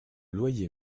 loyer